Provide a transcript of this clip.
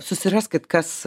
susiraskit kas